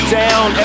down